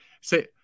say